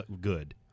good